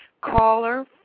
Caller